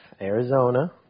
arizona